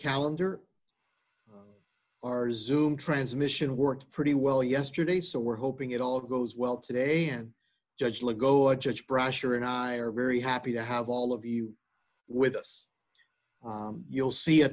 calendar our zoom transmission worked pretty well yesterday so we're hoping it all goes well today and judge let go and judge brasher and i are very happy to have all of you with us you'll see a